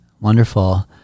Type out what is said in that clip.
Wonderful